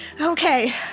Okay